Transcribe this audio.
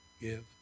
give